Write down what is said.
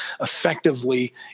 effectively